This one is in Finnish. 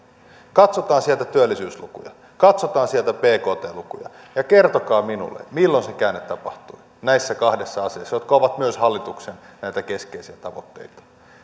katsotaan sieltä työllisyyslukuja katsotaan sieltä bkt lukuja ja kertokaa minulle milloin se käänne tapahtui näissä kahdessa asiassa jotka ovat myös hallituksen näitä keskeisiä tavoitteita